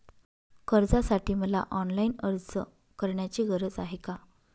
कर्जासाठी मला ऑनलाईन अर्ज करण्याची गरज आहे का?